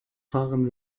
fahren